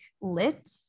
Lit